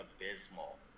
abysmal